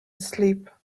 asleep